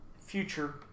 future